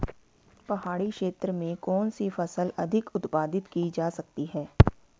पहाड़ी क्षेत्र में कौन सी फसल अधिक उत्पादित की जा सकती है?